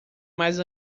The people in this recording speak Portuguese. mais